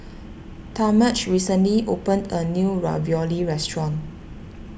Talmadge recently opened a new Ravioli restaurant